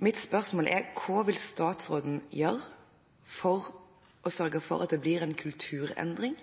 Mitt spørsmål er: Hva vil statsråden gjøre for å sørge for at det blir en kulturendring